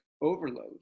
overload